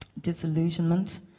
disillusionment